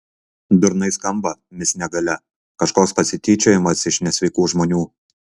durnai skamba mis negalia kažkoks pasityčiojimas iš nesveikų žmonių